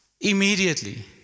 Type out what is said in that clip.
Immediately